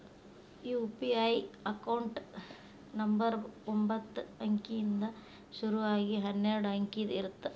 UPI account number ಒಂಬತ್ತ ಅಂಕಿಯಿಂದ್ ಶುರು ಆಗಿ ಹನ್ನೆರಡ ಅಂಕಿದ್ ಇರತ್ತ